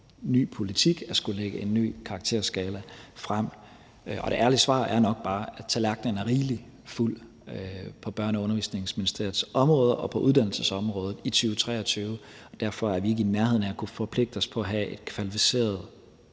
ny politik at skulle lægge en ny karakterskala frem. Og det ærlige svar er nok bare, at tallerkenen er rigeligt fuld på Børne- og Undervisningsministeriets område og på uddannelsesområdet i 2023, og derfor er vi ikke i nærheden af at kunne forpligte os på at have en kvalificeret